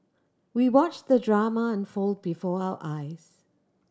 we watched the drama unfold before our eyes